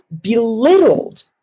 belittled